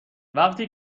وقتی